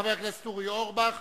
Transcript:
חבר הכנסת אורי אורבך.